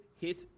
hit